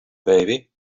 baby